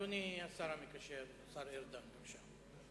אדוני השר המקשר, השר ארדן, בבקשה.